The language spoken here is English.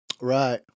Right